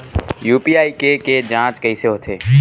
UPI के के जांच कइसे होथे?